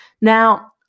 Now